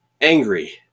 angry